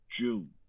June